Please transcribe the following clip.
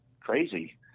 crazy